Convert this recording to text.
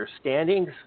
standings